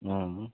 उम्म